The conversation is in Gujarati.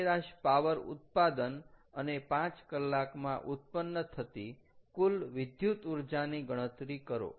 સરેરાશ પાવર ઉત્પાદન અને 5 કલાકમાં ઉત્પન્ન થતી કુલ વિદ્યુત ઊર્જાની ગણતરી કરો